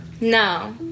No